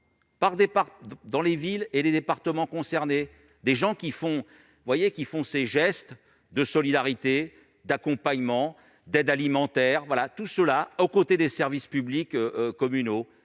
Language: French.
sein des villes et des départements concernés. Les gens qui font ces gestes de solidarité, d'accompagnement et d'aide alimentaire aux côtés des services publics communaux